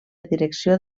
direcció